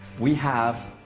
we have